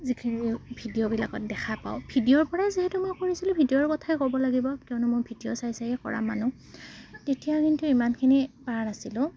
যিখিনি ভিডিঅ'বিলাকত দেখা পাওঁ ভিডিঅ'ৰপৰাই যিহেতু মই কৰিছিলোঁ ভিডিঅ'ৰ কথাই ক'ব লাগিব কিয়নো মই ভিডিঅ' চাই চায়েই কৰা মানুহ তেতিয়া কিন্তু ইমানখিনি পৰা নাছিলোঁ